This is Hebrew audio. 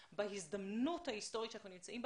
בהזדמנות ההיסטורית בה אנחנו נמצאים,